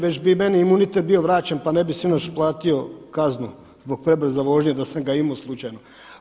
Već i meni imunitet bio vraćen, pa ne bih sinoć platio kaznu zbog prebrze vožnje da sam ga imao slučajno.